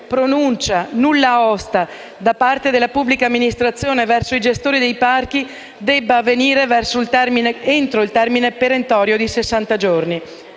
pronuncia o nulla osta da parte della pubblica amministrazione verso i gestori dei parchi debba avvenire entro il termine perentorio di sessanta